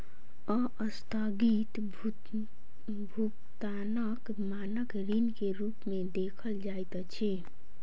अस्थगित भुगतानक मानक ऋण के रूप में देखल जाइत अछि